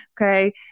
okay